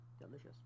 delicious